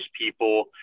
people